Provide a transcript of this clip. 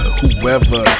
Whoever